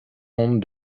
ondes